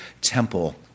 temple